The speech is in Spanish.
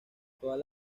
todas